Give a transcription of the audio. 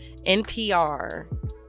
NPR